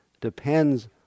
depends